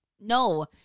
No